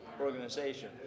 organization